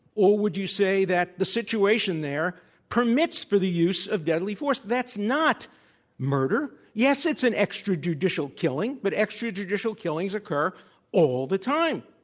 or would you say that the situation there permits for the use of deadly force? that's not murder. yes, it's an extrajudicial killing, but extrajudicial killings occur all the time.